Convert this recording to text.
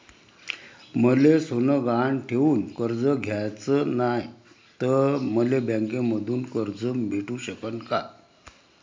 मले सोनं गहान ठेवून कर्ज घ्याचं नाय, त मले बँकेमधून कर्ज भेटू शकन का?